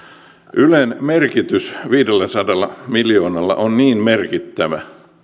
ylen merkitys koko mediakenttään viidelläsadalla miljoonalla on niin merkittävä